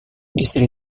istri